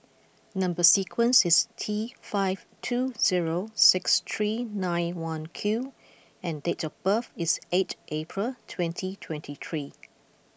number sequence is T five two zero six three nine one Q and date of birth is eight April twenty twenty three